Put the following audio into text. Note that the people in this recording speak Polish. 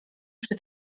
przy